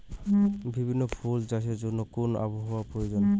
বিভিন্ন ফুল চাষের জন্য কোন আবহাওয়ার প্রয়োজন?